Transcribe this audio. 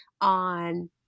on